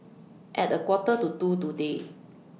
At A Quarter to two today